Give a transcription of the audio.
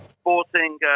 sporting